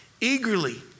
eagerly